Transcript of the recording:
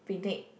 picnic